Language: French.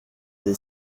des